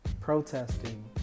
protesting